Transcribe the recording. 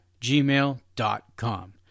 gmail.com